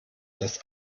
das